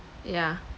yeah